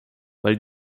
weil